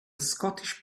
scottish